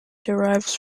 derives